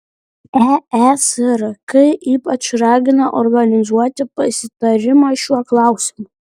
eesrk ypač ragina organizuoti pasitarimą šiuo klausimu